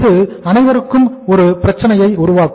இது அனைவருக்கும் ஒரு பிரச்சனையை உருவாக்கும்